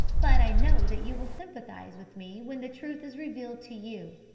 but i know that you will sympathise with me when the truth is revealed to you.